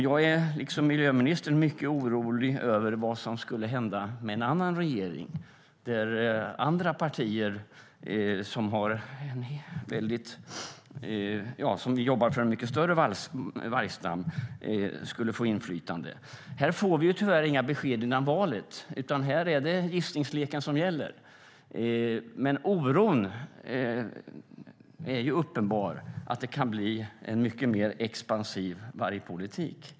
Jag är liksom miljöministern mycket orolig över vad som skulle hända med en annan regering, där partier som jobbar för en mycket större vargstam skulle få inflytande. Här får vi tyvärr inga besked före valet, utan här är det gissningsleken som gäller. Men risken är uppenbar att det kan bli en mycket mer expansiv vargpolitik.